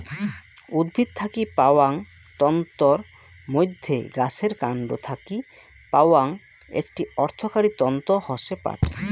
উদ্ভিদ থাকি পাওয়াং তন্তুর মইধ্যে গাছের কান্ড থাকি পাওয়াং একটি অর্থকরী তন্তু হসে পাট